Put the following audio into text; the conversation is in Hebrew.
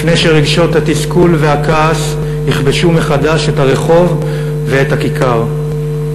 לפני שרגשות התסכול והכעס יכבשו מחדש את הרחוב ואת הכיכר.